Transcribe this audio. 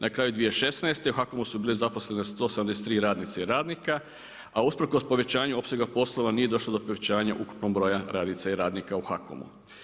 Na kraju 2016. u HAKOM-u su bile zaposlene 173 radnice i radnika, a usprkos povećanju opsega poslova nije došlo do povećanja ukupnog broja radnica i radnika u HAKOM-u.